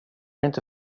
inte